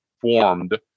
formed